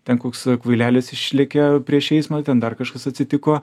ten koks kvailelis išlėkė prieš eismą ten dar kažkas atsitiko